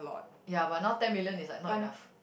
ya but now ten million is like not enough